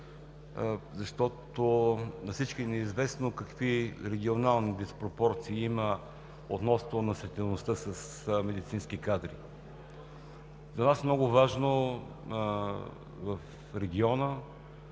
защото на всички ни е известно какви регионални диспропорции има относно наситеността с медицински кадри. За нас е много важно,